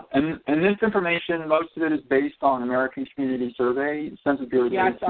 and and this information and most of it is based on american community survey census bureau.